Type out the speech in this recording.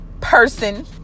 person